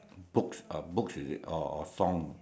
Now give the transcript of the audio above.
books uh books is it or song